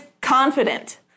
confident